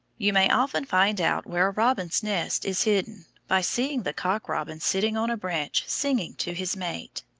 you may often find out where a robin's nest is hidden by seeing the cock-robin sitting on a branch singing to his mate.